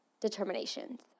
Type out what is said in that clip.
Determinations